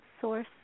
source